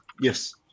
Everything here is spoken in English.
yes